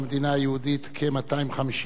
כ-250,000 יהודים.